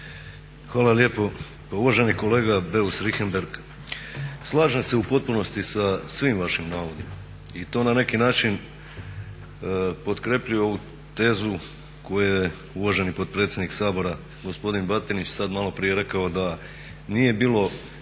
Hvala lijepo. Pa uvaženi kolega Beus Richembergh slažem se u potpunosti sa svim vašim navodima i to na neki način potkrjepljuje ovu tezu koju je uvaženi potpredsjednik Sabora gospodin Batinić sad maloprije rekao da nije bilo